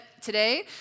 today